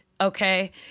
Okay